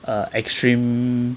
err extreme